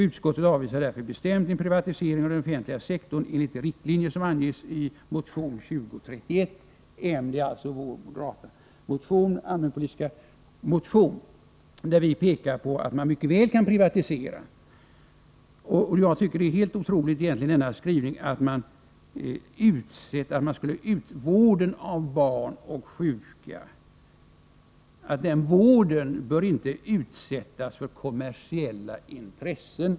Utskottet avvisar därför bestämt en privatisering av den offentliga sektorn enligt de riktlinjer som anges i motion 2031 .” I vår allmänpolitiska motion pekar vi på att man mycket väl kan privatisera åtskilligt. Jag tycker egentligen att den skrivning utskottsmajoriteten gjort är helt otrolig. Man säger beträffande vården av barn och sjuka att den inte ”bör utsättas för kommersiella intressen”.